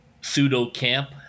pseudo-camp